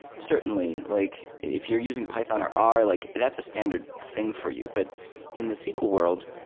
certainly, like if you're using python or r, like that's a standard thing for you. but in the sql world,